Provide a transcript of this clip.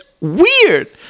weird